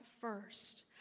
first